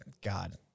God